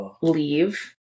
leave